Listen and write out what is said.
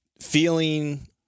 feeling